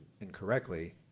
incorrectly